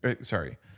Sorry